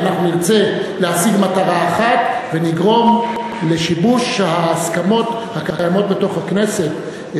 אנחנו נרצה להשיג מטרה אחת ונגרום לשיבוש ההסכמות הקיימות בכנסת.